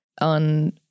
on